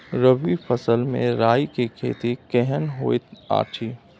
रबी फसल मे राई के खेती केहन होयत अछि?